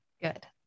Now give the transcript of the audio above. good